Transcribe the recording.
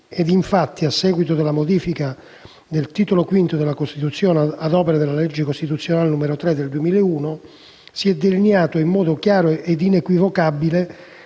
Infatti, a seguito della modifica del Titolo V della Costituzione, ad opera della legge costituzionale 18 ottobre 2001, n. 3, si è delineata in modo chiaro e inequivocabile